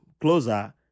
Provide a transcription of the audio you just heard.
closer